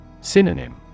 Synonym